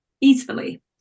easily